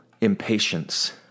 impatience